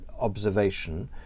observation